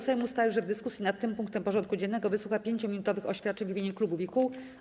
Sejm ustalił, że w dyskusji nad tym punktem porządku dziennego wysłucha 5-minutowych oświadczeń w imieniu klubów i kół.